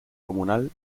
comunal